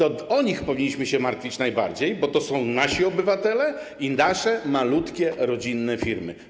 O nich powinniśmy się martwić najbardziej, bo to są nasi obywatele, nasze malutkie rodzinne firmy.